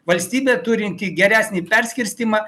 valstybė turinti geresnį perskirstymą